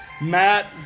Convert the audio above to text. Matt